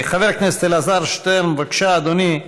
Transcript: חבר הכנסת אלעזר שטרן, בבקשה, אדוני,